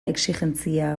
exijentzia